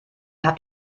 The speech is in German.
habt